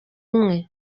imwe